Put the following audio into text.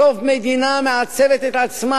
בסוף מדינה מעצבת את עצמה,